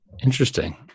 Interesting